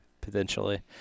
Potentially